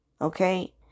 okay